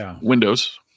windows